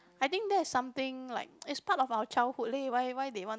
I think that is something like it's part of our childhood leh why why they want